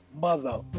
mother